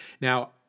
now